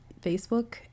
Facebook